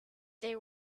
they